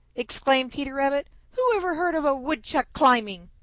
exclaimed peter rabbit. who ever heard of a woodchuck climbing?